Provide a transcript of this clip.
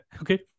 okay